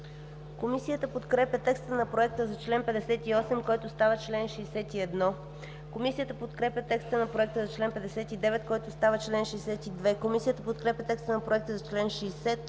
Комисията подкрепя текста на Проекта за чл. 58, който става чл. 61. Комисията подкрепя текста на Проекта за чл. 59, който става чл. 62. Комисията подкрепя текста на Проекта за чл. 60,